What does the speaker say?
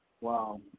Wow